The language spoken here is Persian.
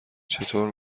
چطور